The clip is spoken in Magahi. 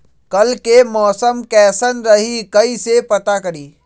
कल के मौसम कैसन रही कई से पता करी?